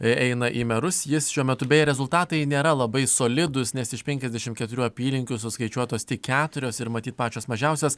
eina į merus jis šiuo metu beje rezultatai nėra labai solidūs nes iš penkiasdešimt keturių apylinkių suskaičiuotos tik keturios ir matyt pačios mažiausios